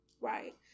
Right